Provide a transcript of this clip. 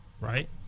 right